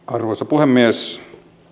arvoisa puhemies